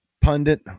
pundit